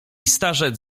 starzec